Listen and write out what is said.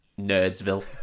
Nerdsville